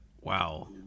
wow